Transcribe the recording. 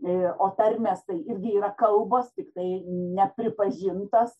o tarmės tai irgi yra kalbos tiktai nepripažintos